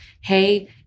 hey